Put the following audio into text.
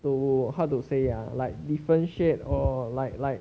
to how to say ah like differentiate or like like